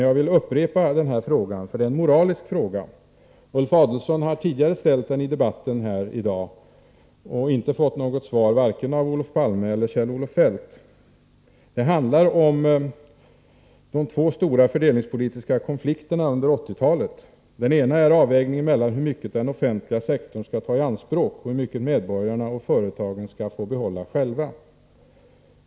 Jag vill upprepa den frågan, för det är en moralisk fråga. Ulf Adelsohn har tidigare ställt den i debatten här i dag och inte fått något svar av vare sig Olof Palme eller Kjell-Olof Feldt. Det handlar om de två stora fördelningspolitiska konflikterna under 1980-talet. Den ena är avvägningen mellan hur mycket den offentliga sektorn — skall tai anspråk och hur mycket medborgarna och företagen skall få behålla själva.